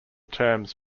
terms